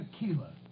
tequila